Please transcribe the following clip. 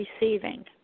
receiving